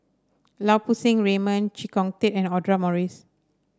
Lau Poo Seng Raymond Chee Kong Tet and Audra Morrice